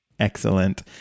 Excellent